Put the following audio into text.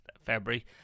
February